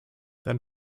than